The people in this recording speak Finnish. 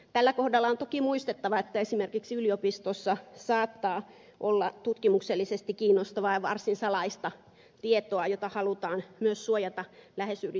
tällä kohdalla on toki muistettava että esimerkiksi yliopistossa saattaa olla tutkimuksellisesti kiinnostavaa ja varsin salaista tietoa jota halutaan myös suojata lähes yritysmaailman tavoin